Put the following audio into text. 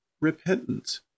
repentance